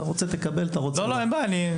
זאת רק הערה מקצועית.